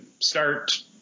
start